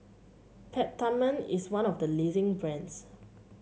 Peptamen is one of the leading brands